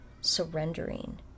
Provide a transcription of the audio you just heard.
surrendering